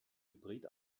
hybrid